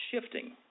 shifting